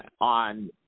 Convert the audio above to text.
on